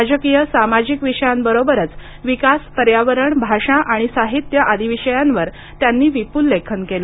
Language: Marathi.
राजकीय सामाजिक विषयांबरोबरच विकास पर्यावरण भाषा आणि साहित्य आदी विषयावर त्यांनी विपुल लेखन केले